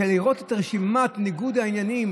לראות את רשימת ניגוד העניינים,